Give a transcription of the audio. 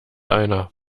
einer